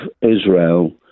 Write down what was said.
Israel